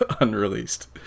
unreleased